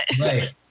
right